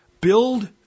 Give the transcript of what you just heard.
Build